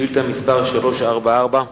ביום י"ז בחשוון תש"ע (4 בנובמבר 2009):